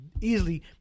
easily